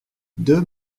deux